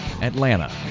Atlanta